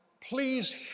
Please